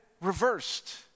reversed